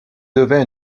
devient